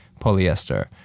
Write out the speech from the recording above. polyester